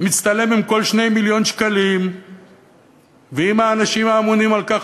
מצטלם עם כל 2 מיליון שקלים ועם האנשים האמונים על כך,